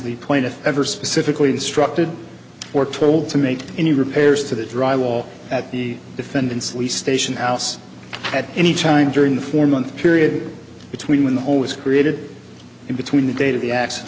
the point if ever specifically instructed or told to make any repairs to the dry wall at the defendant's least station house at any time during the four month period between when the hole was created and between the date of the ac